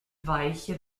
weiche